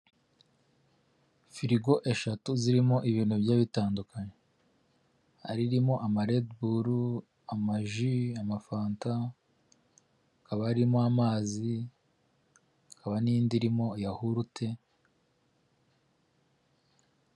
Firigo eshatu zirimo ibintu bigiye bitandukanye, hari irimo amarediburu, amaji ,amafanta ,hakaba harimo amazi , hakaba n'indi irimo yahurute.